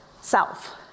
self